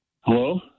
Hello